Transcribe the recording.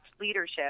leadership